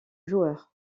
joueurs